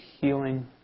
healing